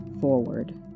forward